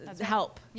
help